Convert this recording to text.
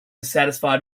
dissatisfied